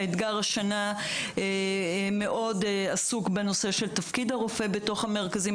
האתגר השנה מאוד עסוק בנושא של תפקיד הרופא במרכזים.